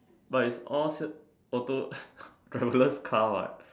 but is all auto driverless car what